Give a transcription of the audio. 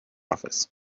office